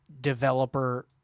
developer